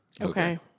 Okay